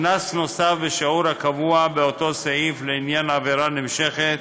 קנס נוסף בשיעור הקבוע באותו סעיף לעניין עבירה נמשכת,